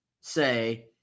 say